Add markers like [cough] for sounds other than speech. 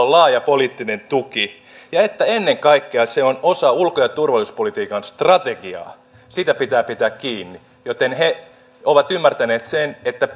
[unintelligible] on laaja poliittinen tuki ja että ennen kaikkea se on osa ulko ja turvallisuuspolitiikan strategiaa siitä pitää pitää kiinni joten he ovat ymmärtäneet sen että [unintelligible]